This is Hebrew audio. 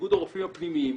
איגוד הרופאים הפנימיים,